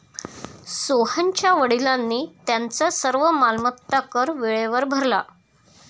सोहनच्या वडिलांनी त्यांचा सर्व मालमत्ता कर वेळेवर भरला